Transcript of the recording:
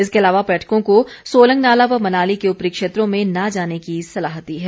इसके अलावा पर्यटकों को सोलंग नाला व मनाली के उपरी क्षेत्रों में न जाने की सलाह दी है